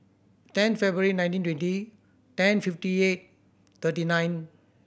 ten February nineteen twenty ten fifty eight thirty nine